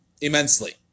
Immensely